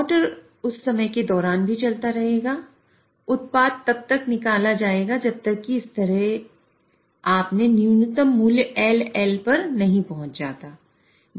motor उस समय के दौरान भी चलता रहेगा और उत्पाद तब तक निकाला जाएगा जब तक कि इस तरह अपने न्यूनतम मूल्य LL पर नहीं पहुंच जाता